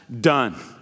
done